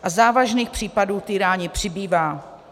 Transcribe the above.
A závažných případů týrání přibývá.